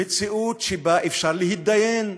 מציאות שבה אפשר להתדיין,